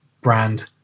brand